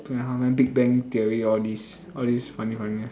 two and a half men big bang theory all these all these funny funny